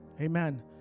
Amen